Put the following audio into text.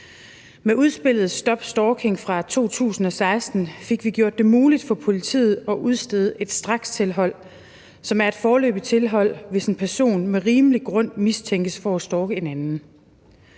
Med udspillet »Stop Stalking« fra 2016 fik vi gjort det muligt for politiet at udstede et strakstilhold, som er et foreløbigt tilhold, hvis en person med rimelig grund mistænkes for at stalke en anden.